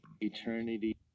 Eternity